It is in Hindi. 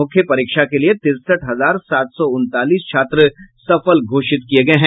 मुख्य परीक्षा के लिये तिरसठ हजार सात सौ उनतालीस छात्र सफल घोषित किये गये हैं